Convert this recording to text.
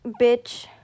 bitch